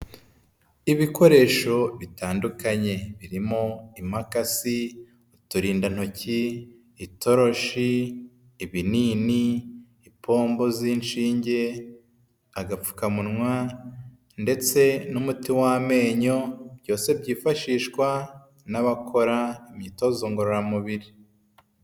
Ibikoresho bitandukanye, birimo imakasi, uturindantoki, itoroshi, ibinini, ipombo z'inshinge, agapfukamunwa ndetse n'umuti w'amenyo, byose byifashishwa n'abakora imyitozo ngororamubiri.